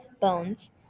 bones